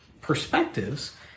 perspectives